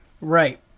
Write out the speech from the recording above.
Right